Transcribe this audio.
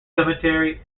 cemetery